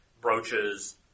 brooches